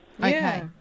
Okay